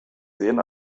sehen